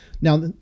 Now